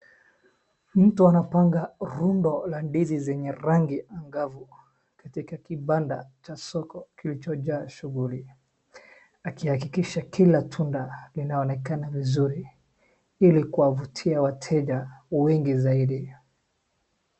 Mtu anapanga rundo la ndizi zenye rangi mgavu katika kibanda cha soko, kilichojaa shuguli. Akihakikisha kila tunda linaoekana vizuri, ili kuwavutia wateja wengi zaidi.